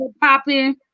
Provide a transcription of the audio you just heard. popping